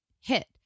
hit